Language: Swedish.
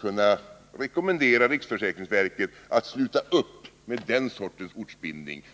kunna rekommendera riksförsäkringsverket att sluta upp med den sortens ortsbindning.